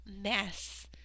mess